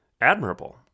admirable